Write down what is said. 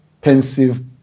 pensive